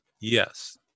Yes